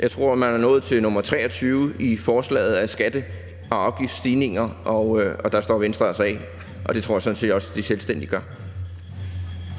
Jeg tror, man er nået til nr. 23 i forslag om skatte- og afgiftsstigninger, og der står Venstre altså af, og det tror jeg sådan set også de selvstændige gør.